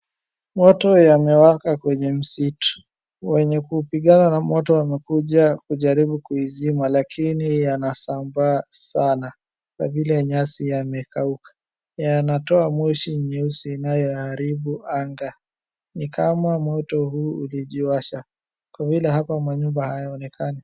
Moto yamewaka kwenye msitu wenye kupigana na moto wamekuja kujaribu kuizima lakini yanasambaa sana kwa vile nyasi yamekauka. Yanatoa moshi nyeusi inayoharibu anga ni kama ama moto huu ulijiwasha kwa vile hapa manyumba hayaonekani.